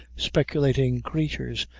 speculating creatures,